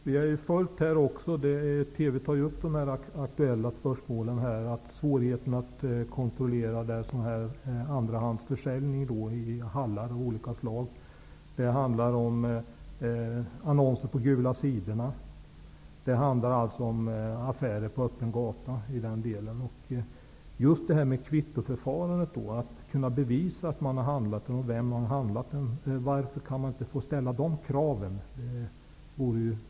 Fru talman! De här aktuella spörsmålen har tagits upp i TV, och vi har där fått höra om svårigheterna att kontrollera andrahandsförsäljning. Det handlar om annonser på ''Gula sidorna'' och om affärer på öppen gata. Varför kan man inte få ställa krav på ett kvittoförfarande, så att förvärvaren kan bevisa att han har inhandlat varan av en viss person?